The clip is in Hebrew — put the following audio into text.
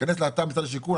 שייכנס לאתר משרד השיכון,